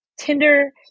Tinder